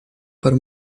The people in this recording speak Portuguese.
para